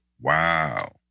Wow